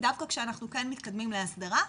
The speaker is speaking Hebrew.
דווקא כשאנחנו כן מתקדמים להסדרה?